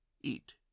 Eat